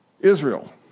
Israel